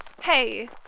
Hey